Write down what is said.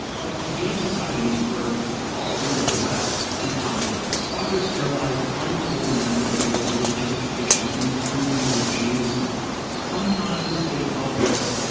but eugenics societies were all over the west, and popular. doctors sterilised untold amounts of people under the justification of improving the gene stock. sometimes they called this,